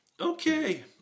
Okay